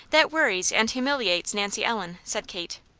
that worries and humiliates nancy ellen, said kate.